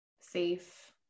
safe